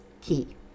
key